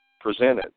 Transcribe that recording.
presented